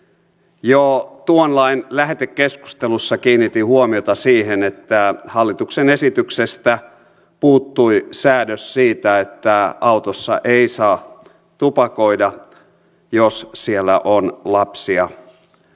jo tuon lain lähetekeskustelussa kiinnitin huomiota siihen että hallituksen esityksestä puuttui säädös siitä että autossa ei saa tupakoida jos siellä on lapsia